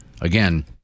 again